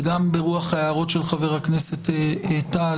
וגם ברוח ההערות של חבר הכנסת טל,